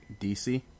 DC